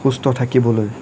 সুস্থ থাকিবলৈ